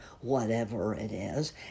whatever-it-is